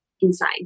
inside